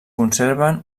conserven